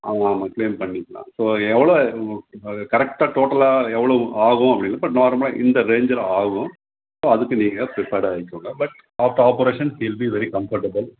ஆ ஆமாம் கிளேம் பண்ணிக்கலாம் ஸோ எவ்வளோ கரெக்டாக டோட்டலாக எவ்வளோ ஆகும் அப்படின்னா பட் நார்மலாக இந்த ரேஞ்சில் ஆகும் ஸோ அதுக்கு நீங்கள் ப பிர்ரிபர் ஆயிக்கோங்க but after operation feel be very comfortable